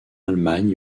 allemagne